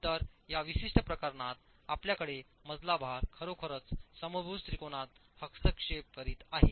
तर या विशिष्ट प्रकरणात आपल्याकडे मजला भार खरोखरच समभुज त्रिकोणात हस्तक्षेप करीत आहे